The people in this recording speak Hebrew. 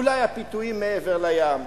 אולי הפיתויים מעבר לים,